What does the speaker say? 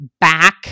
back